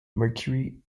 mercury